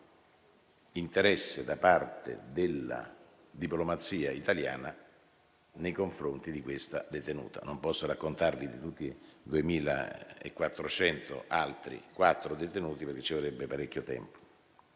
interesse, da parte della diplomazia italiana, nei confronti di questa detenuta. Non posso raccontarvi di tutti gli altri 2.404 detenuti, perché ci vorrebbe parecchio tempo.